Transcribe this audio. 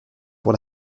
pour